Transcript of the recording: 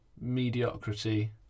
mediocrity